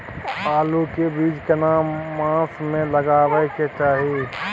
आलू के बीज केना मास में लगाबै के चाही?